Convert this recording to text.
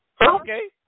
Okay